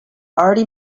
already